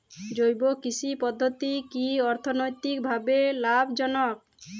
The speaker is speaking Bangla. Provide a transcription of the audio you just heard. জৈব কৃষি পদ্ধতি কি অর্থনৈতিকভাবে লাভজনক?